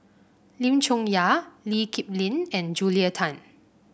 Lim Chong Yah Lee Kip Lin and Julia Tan